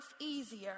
easier